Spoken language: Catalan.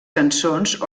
cançons